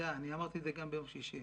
אמרתי את זה גם ביום שישי